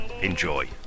enjoy